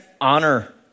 honor